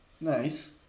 Nice